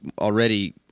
already